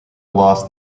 lost